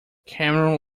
cameron